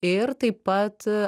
ir taip pat